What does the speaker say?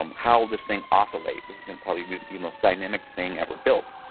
um how this thing oscillates is probably the most dynamic thing ever built,